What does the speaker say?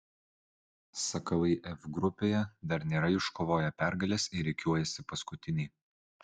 sakalai f grupėje dar nėra iškovoję pergalės ir rikiuojasi paskutiniai